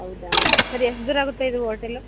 ಹೌದಾ ಸರ್ ಎಷ್ಟು ದೂರ ಆಗುತ್ತೆ ಇದು ಓಟೆಲ್ಲು